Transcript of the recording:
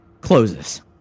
closes